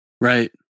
Right